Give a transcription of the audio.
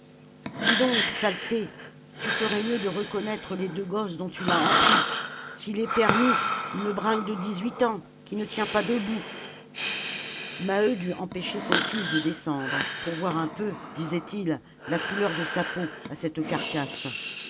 donc saleté tu ferais mieux de reconnaître les deux gosses dont tu l'as emplie s'il est permis une bringue de dix-huit ans qui ne tient pas debout maheu dut empêcher son fils de descendre pour voir un peu disait-il la couleur de sa peau à cette carcasse